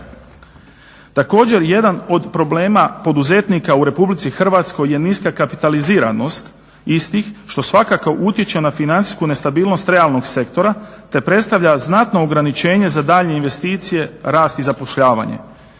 Također, jedan od problema poduzetnika u RH je niska kapitaliziranost istih što svakako utječe na financijsku nestabilnost realnog sektora te predstavlja znatno ograničenje za daljnje investicije, rast i zapošljavanje.